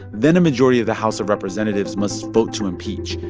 then a majority of the house of representatives must vote to impeach.